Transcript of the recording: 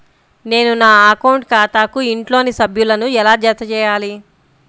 నేను నా అకౌంట్ ఖాతాకు ఇంట్లోని సభ్యులను ఎలా జతచేయాలి?